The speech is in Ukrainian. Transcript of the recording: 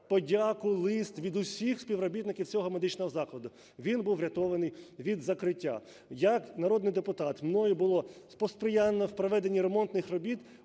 подяку-лист від усіх співробітників цього медичного закладу. Він був врятований від закриття. Як народний депутат, мною було посприято в проведенні ремонтних робіт